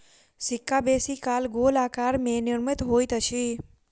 सिक्का बेसी काल गोल आकार में निर्मित होइत अछि